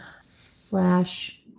slash